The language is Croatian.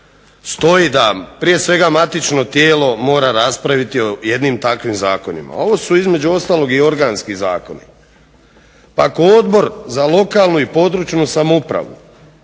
stoji da prije svega matično tijelo mora raspraviti o jednim takvim zakonima. Ovo su između ostalog i organski zakoni. Ako Odbor za lokalnu i područnu samoupravu,